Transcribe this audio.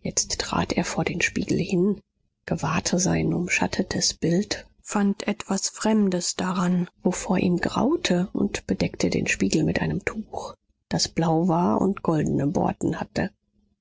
jetzt trat er vor den spiegel hin gewahrte sein umschattetes bild fand etwas fremdes daran wovor ihm graute und bedeckte den spiegel mit einem tuch das blau war und goldene borten hatte